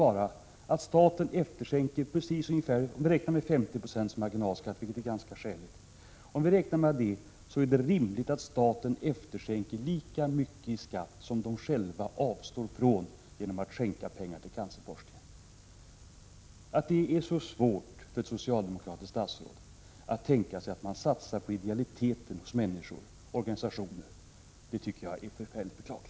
Att räkna med 50 26 marginalskatt är väl rimligt, och vad jag föreslår är bara att staten efterskänker lika mycket i skatt som människorna själva avstår från genom att skänka pengar till cancerforskningen. Att det är så svårt för ett socialdemokratiskt statsråd att tänka sig att satsa på idealiteten hos människor! Det tycker jag är mycket beklagligt.